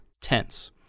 tense